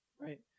Right